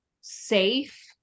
safe